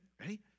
ready